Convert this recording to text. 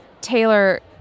Taylor